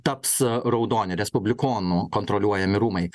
taps raudoni respublikonų kontroliuojami rūmai